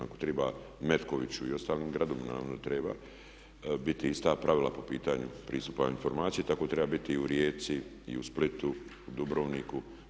Ako triba Metkoviću i ostalim gradovima, onda treba biti ista pravila po pitanju pristupa informacija, tako treba biti i u Rijeci, i u Splitu, u Dubrovniku.